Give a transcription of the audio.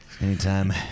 Anytime